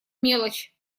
мелочь